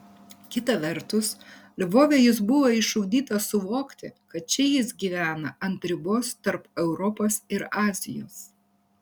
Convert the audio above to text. kita vertus lvove jis buvo išugdytas suvokti kad čia jis gyvena ant ribos tarp europos ir azijos